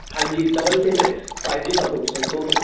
हाँ जी double sim हैं फाइव जी सपोर्टस हैं दोनों